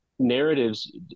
narratives